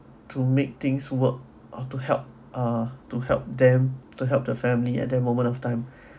to make things work or to help ah to help them to help the family at that moment of time